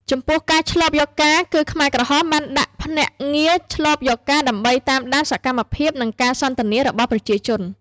ចំពោះការឈ្លបយកការណ៍គឺ ខ្មែរក្រហមបានដាក់ភ្នាក់ងារឈ្លបយកការណ៍ដើម្បីតាមដានសកម្មភាព និងការសន្ទនារបស់ប្រជាជន។